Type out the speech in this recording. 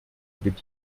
bedient